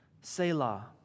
Selah